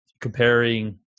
comparing